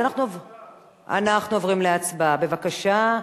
אז אנחנו עוברים להצבעה, בבקשה.